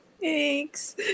thanks